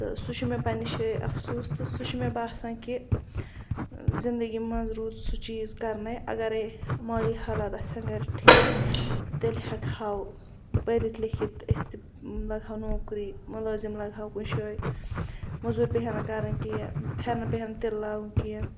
سُہ چھُ مےٚ پَننہِ جایہِ افسوس سُہ چھُ مےٚ باسان کہِ زِندَگی مَنٛز روٗد سُہ چیٖز کَرنٕے اَگَرے مٲلی حالات آسہَن گَرِ ٹھیٖک تہٕ تیٚلہِ ہیٚکہَو پٔرِتھ لیٚکھِتھ أسۍ تہِ لَگہَو نوکری مَطلَب مُلٲزِم لَگہَو کُنہِ شایہِ موٚزوٗرۍ پیٚیہِ ہَنہٕ کَرٕنۍ کینٛہہ پھیٚرنَن پیٚیہِ ہَنہٕ تِلہٕ لاگُن کینٛہہ